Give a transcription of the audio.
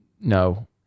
No